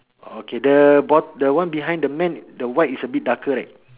okay the bot~ the one behind the man the white is a bit darker right